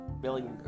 Billy